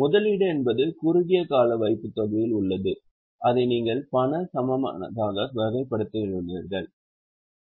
முதலீடு என்பது குறுகிய கால வைப்புத்தொகையில் உள்ளது அதை நீங்கள் பண சமமானதாக வகைப்படுத்தியுள்ளீர்கள்